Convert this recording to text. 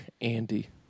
Andy